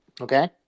okay